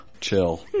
Chill